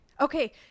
okay